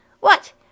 What